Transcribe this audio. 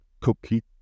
cookie